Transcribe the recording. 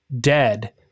dead